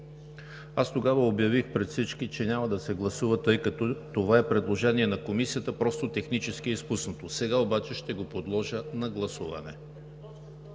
Аз тогава обявих пред всички, че няма да се гласува, тъй като това е предложение на Комисията, просто технически е изпуснато. Сега обаче ще го подложа на гласуване.